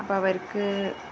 അപ്പോള് അവർക്ക്